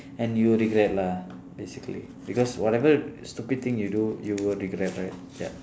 and you will regret lah basically because whatever stupid thing you do you will regret right ya